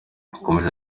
yakomeje